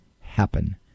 happen